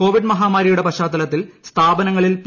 Covid മഹാമാരിയുടെ പശ്ചാത്തലത്തിൽ സ്ഥാപനങ്ങളിൽ പി